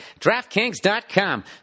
DraftKings.com